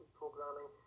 programming